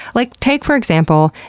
like take, for example,